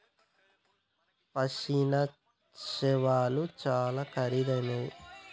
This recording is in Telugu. పశ్మిన శాలువాలు చాలా ఖరీదైనవి